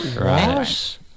Right